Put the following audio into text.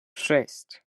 шесть